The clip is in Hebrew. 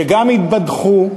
שגם התבדחו,